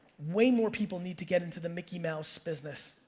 way more people need to get into the mickey mouse business.